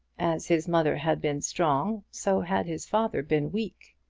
as his mother had been strong, so had his father been weak.